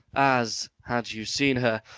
as, had you seen her,